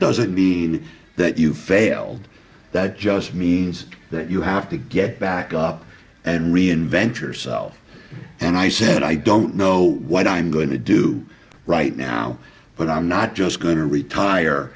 doesn't mean that you failed that just means that you have to get back up and reinvent yourself and i said i don't know what i'm going to do right now but i'm not just going to retire